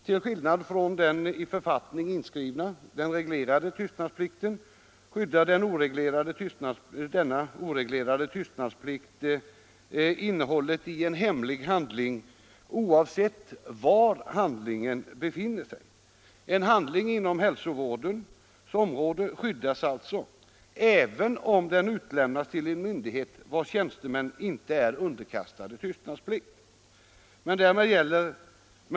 Till skillnad från den i författning inskrivna — den reglerade — tystnadsplikten skyddar denna oreglerade tystnadsplikt innehållet i en hemlig handling oavsett var handlingen befinner sig. En handling inom hälsovårdens område skyddas alltså även om den utlämnats till myndighet vars tjänstemän inte är underkastade tystnadsplikt.